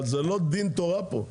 זה לא דין תורה פה.